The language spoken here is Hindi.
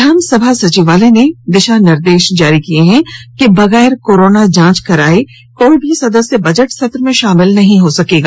विधान सभा सचिवालय ने दिशा निर्देश जारी कर कहा है कि बगैर कोरोना जांच कराये कोई भी सदस्य बजट सत्र में शामिल नहीं हो पायेगा